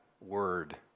word